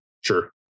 Sure